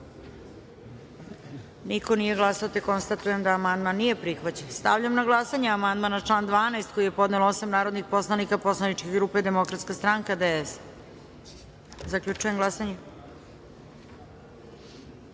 - nema. Konstatujem da amandman nije prihvaćen. Stavljam na glasanje amandman na član 21. koji je podnelo osam narodnih poslanika posleničke grupe Demokratska stranka DS.Zaključujem glasanje: